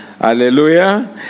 Hallelujah